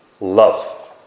love